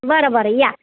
बरं बरं या